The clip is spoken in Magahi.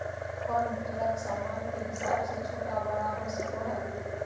फार्म ट्रक सामान के हिसाब से छोटा बड़ा हो सको हय